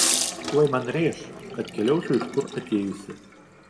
tuoj man rėš kad keliaučiau iš kur atėjusi